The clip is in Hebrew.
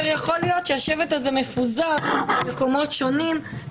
בעוד שיכול להיות שהשבט הזה מפוזר במקומות שונים,